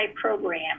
program